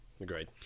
agreed